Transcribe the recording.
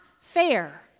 fair